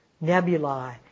nebulae